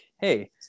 hey